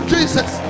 Jesus